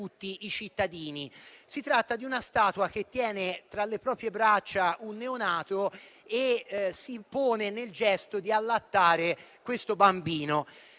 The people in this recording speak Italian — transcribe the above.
Si tratta di una statua che tiene tra le proprie braccia un neonato e si pone nel gesto di allattare questo bambino.